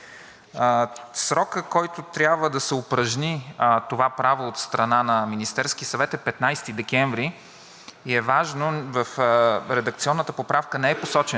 и е важно. В редакционната поправка не е посочен срок, но ние трябва да знаем, че Министерският съвет чрез Министерството на външните работи трябва да предприеме действия в срок до 15 декември,